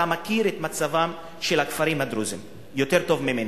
אתה מכיר את מצבם של הכפרים הדרוזיים יותר טוב ממני,